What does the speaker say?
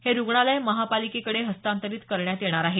हे रुग्णालय महापालिकेकडे हस्तांतरीत करण्यात येणार आहे